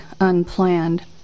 Unplanned